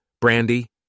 Brandy